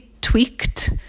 tweaked